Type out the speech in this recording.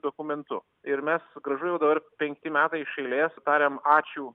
dokumentu ir mes gražu jau dabar penkti metai iš eilės tariam ačiū